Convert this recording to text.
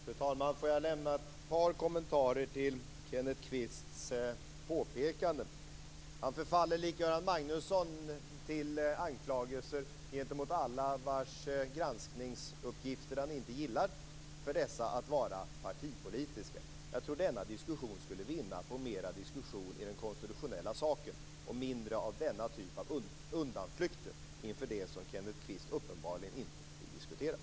Fru talman! Får jag göra ett par kommentarer till Kenneth Kvists påpekanden. Han förfaller likt Göran Magnusson till anklagelser gentemot alla vars granskningsuppgifter han inte gillar och hävdar att dessa är partipolitiska. Jag tror att denna debatt skulle vinna på mer diskussion i den konstitutionella saken och mindre av denna typ av undanflykter inför det som Kenneth Kvist uppenbarligen inte vill diskutera.